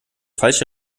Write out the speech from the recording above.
falsche